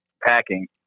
packing